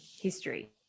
history